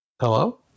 Hello